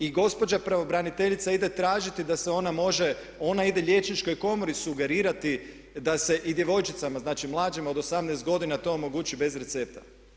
I gospođa pravobraniteljica ide tražiti da se ona može, ona ide Liječničkoj komori sugerirati da se i djevojčicama, znači mlađima od 18 godina, to omogući bez recepta.